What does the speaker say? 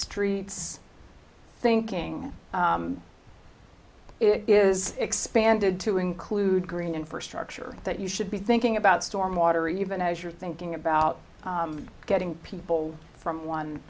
streets thinking it is expanded to include green infrastructure that you should be thinking about storm water even as you're thinking about getting people from one